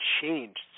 changed